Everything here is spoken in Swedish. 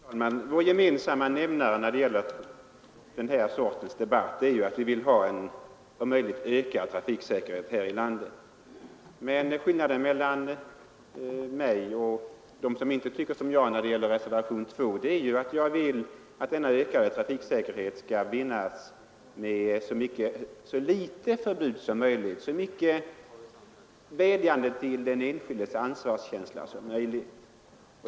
Fru talman! Vår gemensamma nämnare i den här debatten är att vi vill ha en om möjligt ökad trafiksäkerhet här i landet. Skillnaden mellan mig och dem som inte tycker som jag i fråga om reservationen 2 gäller sättet att nå det målet. Jag vill att denna ökade trafiksäkerhet skall vinnas med så litet förbud som möjligt och så mycket vädjande till den enskildes ansvarskänsla som möjligt.